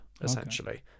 essentially